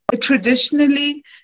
traditionally